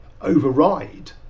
override